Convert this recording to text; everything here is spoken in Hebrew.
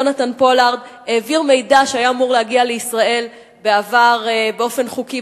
יונתן פולארד העביר מידע שהיה אמור להגיע לישראל בעבר באופן חוקי,